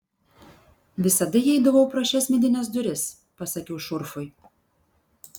visada įeidavau pro šias medines duris pasakiau šurfui